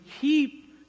keep